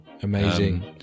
Amazing